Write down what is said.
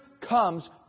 comes